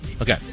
Okay